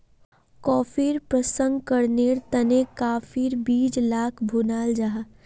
कॉफ़ीर प्रशंकरनेर तने काफिर बीज लाक भुनाल जाहा